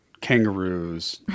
kangaroos